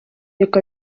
reka